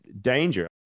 danger